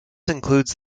includes